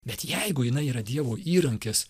bet jeigu jinai yra dievo įrankis